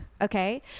okay